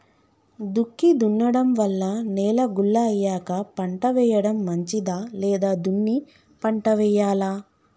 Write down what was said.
దుక్కి దున్నడం వల్ల నేల గుల్ల అయ్యాక పంట వేయడం మంచిదా లేదా దున్ని పంట వెయ్యాలా?